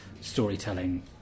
storytelling